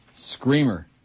Screamer